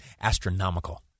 astronomical